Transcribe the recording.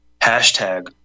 Hashtag